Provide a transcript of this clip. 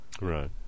Right